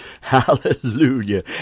Hallelujah